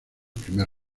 primer